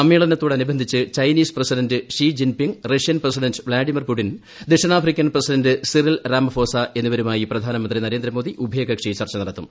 സമ്മേളനത്തോടനുബന്ധിച്ച് Chinese president Xi Jinping Russian president Vladimir Putin ദക്ഷിണാഫ്രിക്കൻ president Cyril Ramaphosa എന്നിവരുമായി പ്രധാനമന്ത്രി നരേന്ദ്രമോദി ഉഭയകക്ഷി ചർച്ച നടത്തും